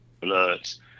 bloods